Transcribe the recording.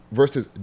versus